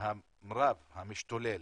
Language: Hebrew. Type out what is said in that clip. הרב המשתולל,